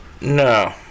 No